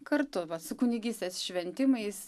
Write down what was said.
kartu su kunigystės šventimais